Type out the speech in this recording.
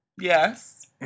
Yes